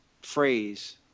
phrase